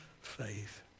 faith